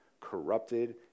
corrupted